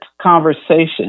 conversation